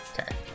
Okay